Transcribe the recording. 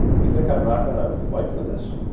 you think i'm not going to fight for this?